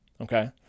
okay